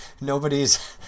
nobody's